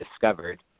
discovered –